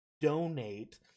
donate